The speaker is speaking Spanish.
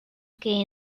que